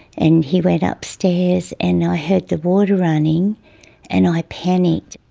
and he went ah upstairs and i heard the water running and i panicked.